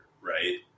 right